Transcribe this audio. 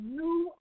new